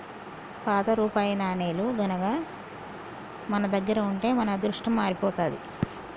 పాత రూపాయి నాణేలు గనక మన దగ్గర ఉంటే మన అదృష్టం మారిపోతాది